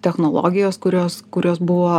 technologijos kurios kurios buvo